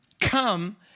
come